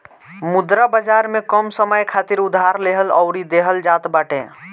मुद्रा बाजार में कम समय खातिर उधार लेहल अउरी देहल जात बाटे